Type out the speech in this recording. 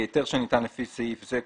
היתר שניתן לפי סעיף זה,